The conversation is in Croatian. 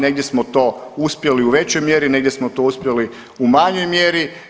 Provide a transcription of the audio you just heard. Negdje smo to uspjeli u većoj mjeri, negdje smo to uspjeli u manjoj mjeri.